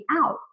out